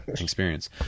experience